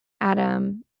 Adam